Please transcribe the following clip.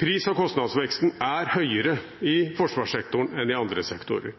Pris- og kostnadsveksten er høyere i forsvarssektoren enn i andre sektorer.